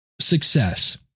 success